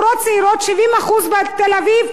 70% בתל-אביב רווקים.